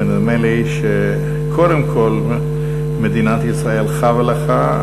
ונדמה לי שקודם כול מדינת ישראל חבה לך,